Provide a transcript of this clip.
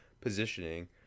positioning